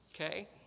Okay